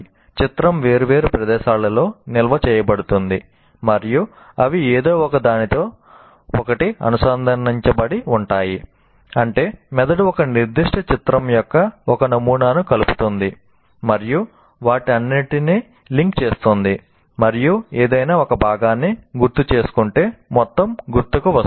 చిత్రం వేర్వేరు ప్రదేశాలలో నిల్వ చేయబడుతుంది మరియు అవి ఏదో ఒకదానితో ఒకటి అనుసంధానించబడి ఉంటాయి అంటే మెదడు ఒక నిర్దిష్ట చిత్రం యొక్క ఒక నమూనాను కలుపుతుంది మరియు వాటన్నింటినీ లింక్ చేస్తుంది మరియు ఏదైనా ఒక భాగాన్ని గుర్తుచేసుకుంటే మొత్తం గుర్తుకువస్తుంది